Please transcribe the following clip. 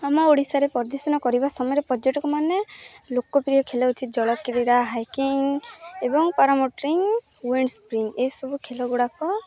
ଆମ ଓଡ଼ିଶାରେ ପରିଦର୍ଶନ କରିବା ସମୟରେ ପର୍ଯ୍ୟଟକମାନେ ଲୋକପ୍ରିୟ ଖେଲ ହେଉଛି ଜଳ କ୍ରୀଡ଼ା ହାଇକିଂ ଏବଂ ପାରାମାଉଣ୍ଟିଙ୍ଗ୍ ୱିଣ୍ଡ ସ୍ପ୍ରିଙ୍ଗ୍ ଏସବୁ ଖେଲଗୁଡ଼ାକ